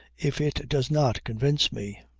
if it does not convince me.